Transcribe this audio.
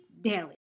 daily